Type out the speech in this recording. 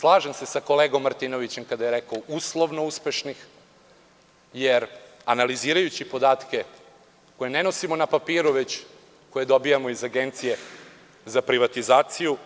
Slažem se sa kolegom Martinovićem kada je rekao, uslovno uspešnih, jer analizirajući podatke koje ne nosimo na papiru, već koje dobijamo od Agencije za privatizaciju,